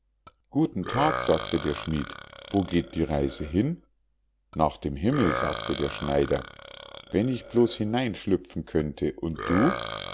guten tag sagte der schmied wo geht die reise hin nach dem himmel sagte der schneider wenn ich bloß hineinschlüpfen könnte und du